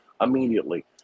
immediately